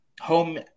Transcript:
home